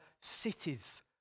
cities